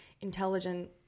intelligent